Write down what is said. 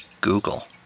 Google